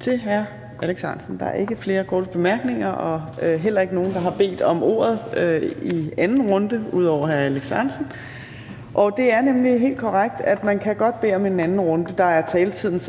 til hr. Alex Ahrendtsen. Der er ikke flere korte bemærkninger, og der er heller ikke nogen, der har bedt om ordet i anden runde, ud over hr. Alex Ahrendtsen. Det er nemlig helt korrekt, at man godt kan bede om en anden runde. Der er taletiden